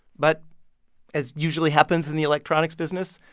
but as usually happens in the electronics business,